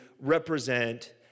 represent